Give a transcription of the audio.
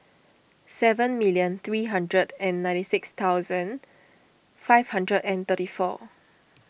seven million three hundred and ninety six thousand five hundred and thirty four